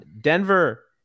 Denver